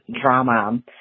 drama